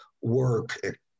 work